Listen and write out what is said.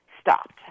stopped